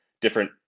different